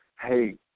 Hey